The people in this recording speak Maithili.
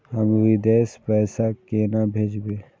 हम विदेश पैसा केना भेजबे?